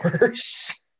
worse